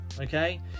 okay